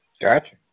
Gotcha